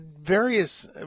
various